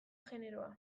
generoa